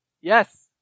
Yes